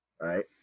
right